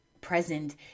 present